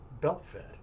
belt-fed